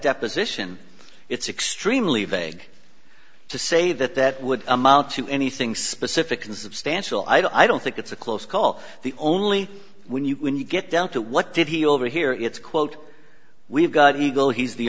deposition it's extremely vague to say that that would amount to anything specific and substantial i don't think it's a close call the only when you when you get down to what did he overhear it's quote we've got eagle he's the